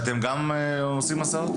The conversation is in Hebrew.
אתם גם עושים מסעות?